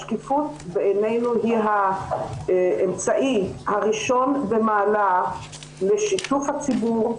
השקיפות בעינינו היא האמצעי הראשון במעלה לשיתוף הציבור,